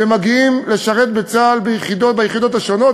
ומגיעים לשרת בצה"ל ביחידות שונות,